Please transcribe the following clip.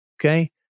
okay